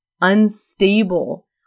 unstable